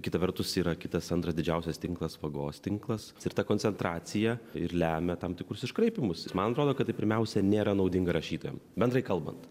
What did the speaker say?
kita vertus yra kitas antras didžiausias tinklas vagos tinklas ir ta koncentracija ir lemia tam tikrus iškraipymus man atrodo kad pirmiausia nėra naudinga rašytojam bendrai kalbant